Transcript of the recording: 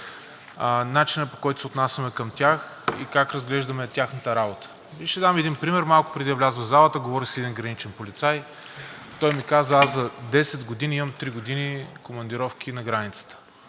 начинът, по който се отнасяме с тях и как разглеждаме тяхната работа. И ще дам един пример. Малко преди да вляза в залата говорих с един граничен полицай, той ми каза: аз за 10 години имам три години командировки на границата.